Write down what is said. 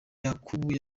yakubu